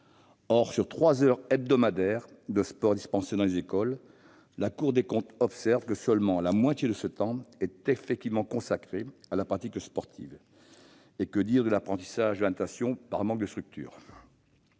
Or, sur les trois heures hebdomadaires de sport dispensées dans les écoles, la Cour des comptes observe que seule la moitié est effectivement consacrée à la pratique sportive. Et que dire de l'apprentissage de la natation, qui souffre d'un manque de structures ?